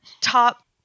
top